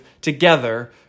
together